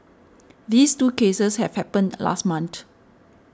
these two cases have happened last month